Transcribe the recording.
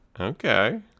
okay